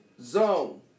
zone